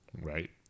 right